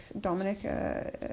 Dominic